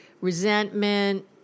resentment